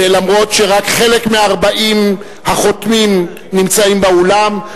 ואף-על-פי שרק חלק מ-40 החותמים נמצאים באולם,